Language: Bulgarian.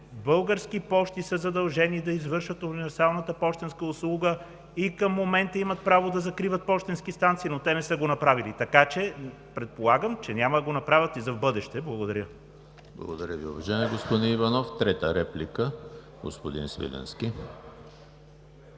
Български пощи са задължени да извършват универсалната пощенска услуга и към момента имат право да закриват пощенски станции, но те не са го направили, така че предполагам, че няма да го направят и за в бъдеще. Благодаря. ПРЕДСЕДАТЕЛ ЕМИЛ ХРИСТОВ: Благодаря Ви, уважаеми господин Иванов. Трета реплика – господин Свиленски.